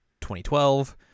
2012